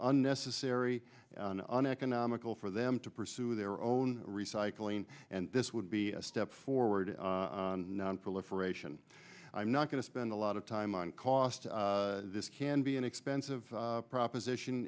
unnecessary and economical for them to pursue their own recycling and this would be a step forward in nonproliferation i'm not going to spend a lot of time on costs this can be an expensive proposition